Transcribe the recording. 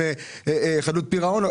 במצב של חדלות פירעון,